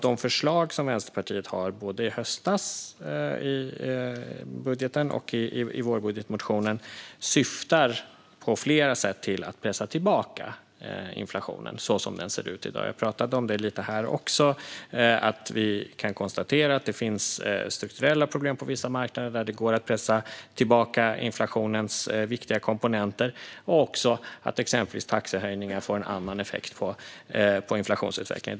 De förslag som Vänsterpartiet lade fram i höstas i budgeten och i vårbudgetmotionen syftar på flera sätt till att pressa tillbaka inflationen så som den ser ut i dag. Jag har här tagit upp att vi kan konstatera att det finns strukturella problem på vissa marknader där det går att pressa tillbaka inflationens viktiga komponenter. Även taxehöjningar får en annan effekt på inflationsutvecklingen.